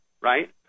Right